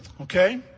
okay